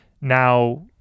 Now